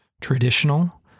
traditional